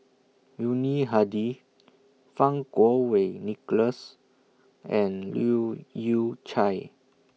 Yuni Hadi Fang Kuo Wei Nicholas and Leu Yew Chye